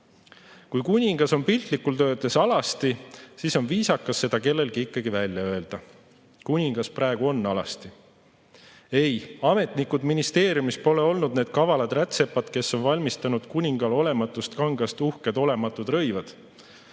kuningas on piltlikult öeldes alasti, siis on viisakas seda kellelgi ikkagi välja öelda. Kuningas praegu on alasti. Ei, ametnikud ministeeriumis pole olnud need kavalad rätsepad, kes on valmistanud kuningale olematust kangast uhked olematud rõivad.